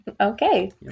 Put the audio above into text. Okay